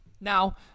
Now